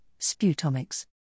sputomics